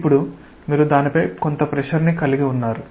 ఇప్పుడు మీరు దానిపై కొంత ప్రెషర్ ని కలిగి ఉన్నారు